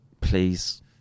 please